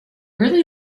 really